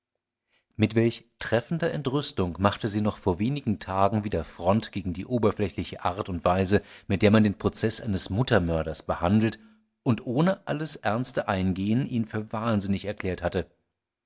mit welch treffender entrüstung machte sie noch vor wenig tagen wieder front gegen die oberflächliche art und weise mit der man den prozeß eines muttermörders behandelt und ohne alles ernste eingehen ihn für wahnsinnig erklärt hatte